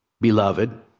beloved